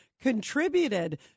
contributed